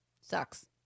Sucks